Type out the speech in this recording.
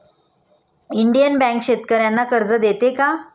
Indian Bank शेतकर्यांना कर्ज देते का?